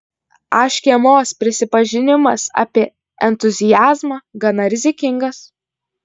a škėmos prisipažinimas apie entuziazmą gana rizikingas